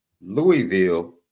Louisville